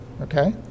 okay